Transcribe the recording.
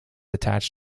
attach